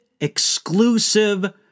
exclusive